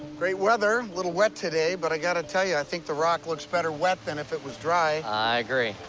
great weather. a little wet today. but i got to tell you, i think the rock looks better wet than if it was dry. i agree.